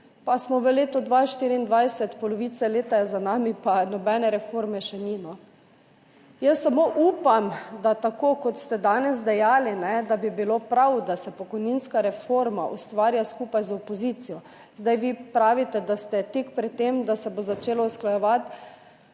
Pa smo v letu 2024, pol leta je za nami, pa nobene reforme še ni. Jaz samo upam, da tako kot ste danes dejali, da bi bilo prav, da se pokojninska reforma ustvarja skupaj z opozicijo. Zdaj vi pravite, da ste tik pred tem, da se bo začelo usklajevati